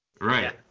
Right